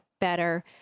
better